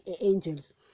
angels